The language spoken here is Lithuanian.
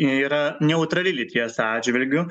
yra neutrali lyties atžvilgiu